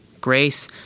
Grace